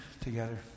together